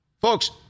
Folks